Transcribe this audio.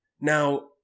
Now